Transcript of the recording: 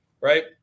right